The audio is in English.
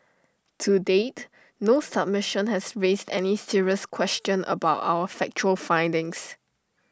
to date no submission has raised any serious question about our factual findings